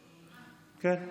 כן,